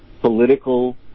political